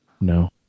No